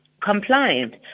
compliant